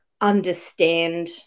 understand